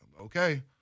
Okay